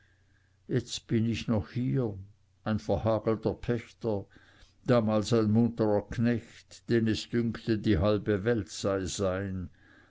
jetzt bin ich noch hier ein verhagelter pächter damals ein munterer knecht den es dünkte die halbe welt sei sein